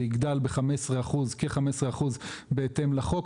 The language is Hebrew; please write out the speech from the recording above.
זה יגדל כ-15% בהתאם לחוק,